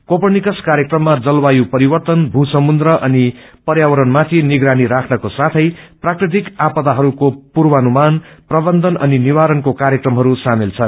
Copernicus कार्यक्रममा जलवायु परिवर्तन भू समुन्द्र अनि षर्यावरण माथि निगरानी राख्नको साथै प्राकृतिक आपदाहरूको पूर्वनुमान प्रबन्धन अनि निवारणको कार्यक्रमहरू सामेल छन्